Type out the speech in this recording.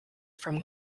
from